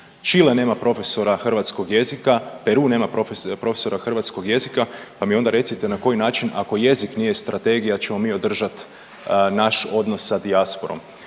Chile nema profesora hrvatskog jezika, Peru nema profesora hrvatskog jezika, pa mi onda recite na koji način ako jezik nije strategija ćemo mi održati naš odnos sa dijasporom.